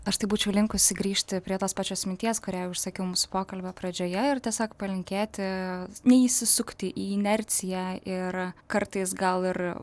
aš tai būčiau linkusi grįžti prie tos pačios minties kurią jau išsakiau mūsų pokalbio pradžioje ir tiesiog palinkėti neįsisukti į inerciją ir kartais gal ir